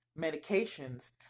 medications